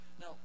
Now